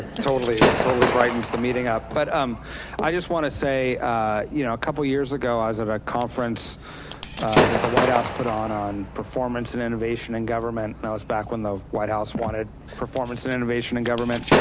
totally, totally brightens the meeting up. but um i just want to say, you know, a couple years ago, i was at a conference that the white house put on on performance and innovation and government and that was back when the white house wanted performance and innovation and government.